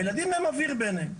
הילדים הם אוויר ביניהם.